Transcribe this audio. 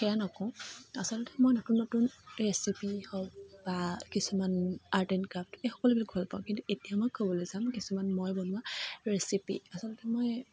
সেয়া নকওঁ আচলতে মই নতুন নতুন ৰেচিপি হওঁক বা কিছুমান আৰ্ট এন ক্ৰাফ্ট এই সকলোবিলাক ঘৰত পাওঁ কিন্তু এতিয়া মই ক'বলৈ যাম কিছুমান মই বনোৱা ৰেচিপি আচলতে মই